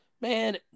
man –